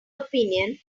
opinion